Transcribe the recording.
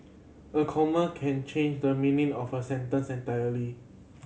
a comma can change the meaning of a sentence entirely